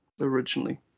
originally